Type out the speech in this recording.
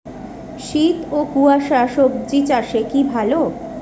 শীত ও কুয়াশা স্বজি চাষে কি ভালো?